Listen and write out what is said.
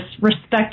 respect